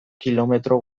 kilometro